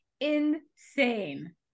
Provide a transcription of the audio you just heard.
Insane